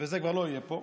וזה כבר לא יהיה פה,